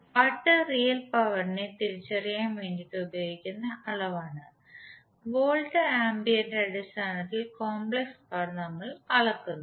what real പവറിനെ തിരിച്ചറിയാൻ വേണ്ടിട്ട് ഉപയോഗിക്കുന്ന അളവാണ് വോൾട്ട് ആമ്പിയറിന്റെ അടിസ്ഥാനത്തിൽ കോംപ്ലക്സ് പവർ നമ്മൾ അളക്കുന്നു